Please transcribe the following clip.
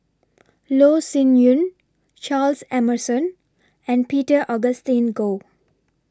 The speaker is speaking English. Loh Sin Yun Charles Emmerson and Peter Augustine Goh